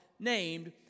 Named